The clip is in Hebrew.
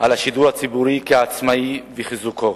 על השידור הציבורי כעצמאי ובחיזוקו.